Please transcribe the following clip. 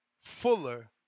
fuller